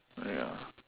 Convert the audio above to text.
ya